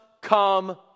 come